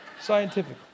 Scientific